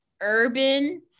urban